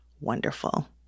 wonderful